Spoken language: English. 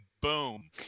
boom